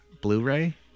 Blu-ray